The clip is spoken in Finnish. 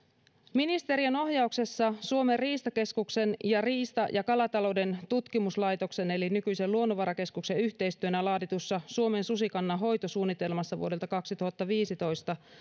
ministeriön ohjauksessa suomen riistakeskuksen ja riista ja kalatalouden tutkimuslaitoksen eli nykyisen luonnonvarakeskuksen yhteistyönä laaditussa suomen susikannan hoitosuunnitelmassa vuodelta kaksituhattaviisitoista